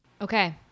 okay